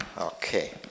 Okay